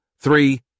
three